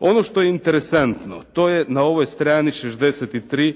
Ono što je interesantno, to je na ovoj strani 63.